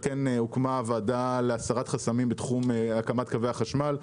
על כן הוקמה וועדה להסרת חסמים בתחום הקמת קווי החשמל,